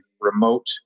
remote